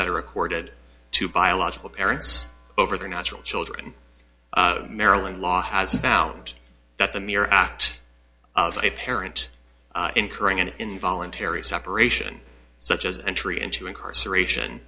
that are accorded to biological parents over their natural children maryland law has abound that the mere act of a parent incurring an involuntary separation such as entry into incarceration